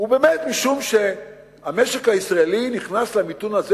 ובאמת משום שהמשק הישראלי נכנס למיתון הזה